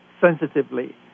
sensitively